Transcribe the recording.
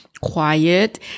quiet